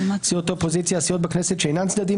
"סיעות האופוזיציה" הסיעות בכנסת שאינן צדדים